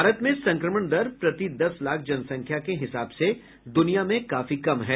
भारत में संक्रमण दर प्रति दस लाख जनसंख्या के हिसाब से दुनिया में काफी कम है